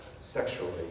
sexually